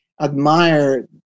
admire